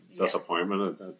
disappointment